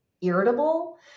irritable